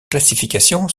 classification